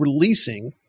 releasing